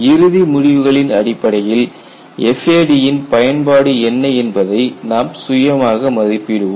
இறுதி முடிவுகளின் அடிப்படையில் FAD இன் பயன்பாடு என்ன என்பதை நாம் சுயமாக மதிப்பிடுவோம்